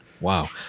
Wow